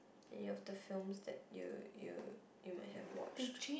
any of the films that you you you might have watched